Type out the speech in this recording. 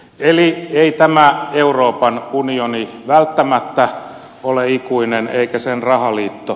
eli ei tämä euroopan unioni välttämättä ole ikuinen eikä sen rahaliitto